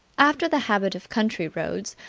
after the habit of country roads,